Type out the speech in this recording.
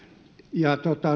ja